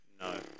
No